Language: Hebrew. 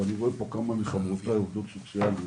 אני רואה פה כמה מחברותיי העובדות הסוציאליות,